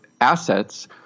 assets